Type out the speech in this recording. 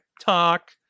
talk